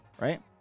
right